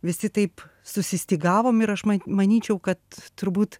visi taip susistygavom ir aš manyčiau kad turbūt